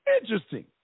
Interesting